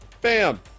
BAM